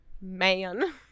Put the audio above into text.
man